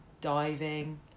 diving